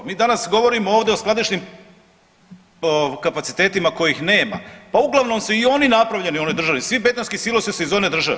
Mi danas govorimo ovdje o skladišnim kapacitetima kojih nema, pa uglavnom su i oni napravljeni u onoj državi, svi betonski silosi su iz one države.